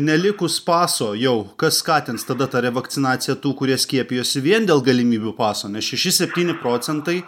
nelikus paso jau kas skatins tada tą revakcinaciją tų kurie skiepijosi vien dėl galimybių paso nes šeši septyni procentai